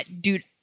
Dude